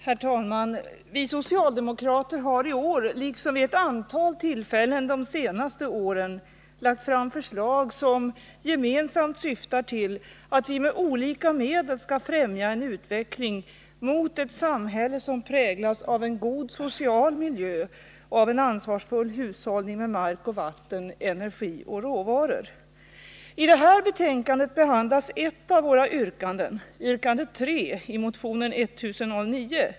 Herr talman! Vi socialdemokrater har i år liksom vid ett antal tillfällen de senaste åren lagt fram förslag som gemensamt syftar till att med olika medel främja en utveckling mot ett samhälle som präglas av en god social miljö och en ansvarsfull hushållning med mark och vatten, energi och råvaror. I det här betänkandet behandlas yrkande 3 i vår motion 1009.